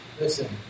Listen